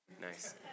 nice